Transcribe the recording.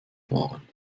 fahren